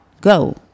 go